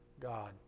God